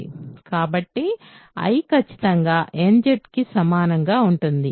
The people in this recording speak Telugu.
కాబట్టి I ఖచ్చితంగా nZ కి సమానంగా ఉంటుంది